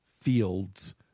fields